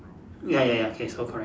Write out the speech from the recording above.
ya ya ya K so correct